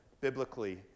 biblically